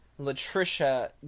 Latricia